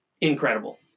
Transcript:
incredible